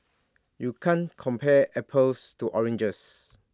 you can't compare apples to oranges